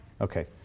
Okay